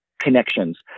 connections